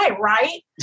right